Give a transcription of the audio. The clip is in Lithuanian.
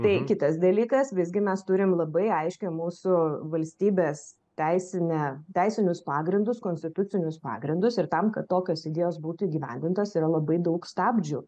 tai kitas dalykas visgi mes turim labai aiškią mūsų valstybės teisinę teisinius pagrindus konstitucinius pagrindus ir tam kad tokios idėjos būtų įgyvendintos yra labai daug stabdžių